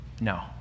No